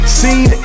seen